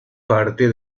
parte